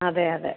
അതെ അതെ